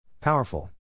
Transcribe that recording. Powerful